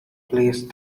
place